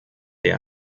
der